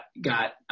got